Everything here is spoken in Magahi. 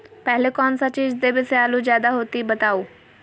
पहले कौन सा चीज देबे से आलू ज्यादा होती बताऊं?